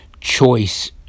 choice